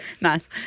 Nice